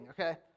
okay